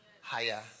higher